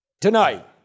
Tonight